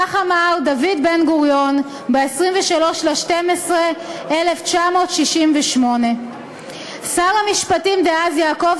כך אמר דוד בן-גוריון ב-23 בדצמבר 1968. שר המשפטים דאז יעקב